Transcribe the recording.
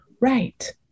Right